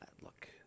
Look